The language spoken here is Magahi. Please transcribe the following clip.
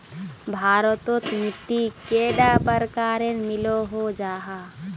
भारत तोत मिट्टी कैडा प्रकारेर मिलोहो जाहा?